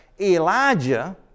Elijah